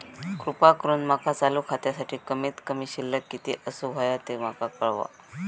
कृपा करून माका चालू खात्यासाठी कमित कमी शिल्लक किती असूक होया ते माका कळवा